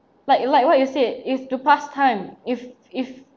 like like what you said it's to past time if if